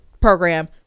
program